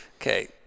Okay